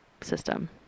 system